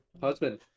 husband